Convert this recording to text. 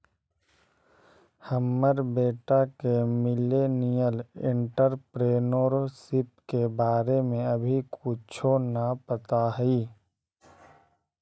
हमर बेटा के मिलेनियल एंटेरप्रेन्योरशिप के बारे में अभी कुछो न पता हई